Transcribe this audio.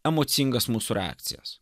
emocingas mūsų reakcijas